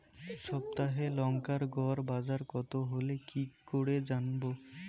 সপ্তাহে লংকার গড় বাজার কতো হলো কীকরে জানবো?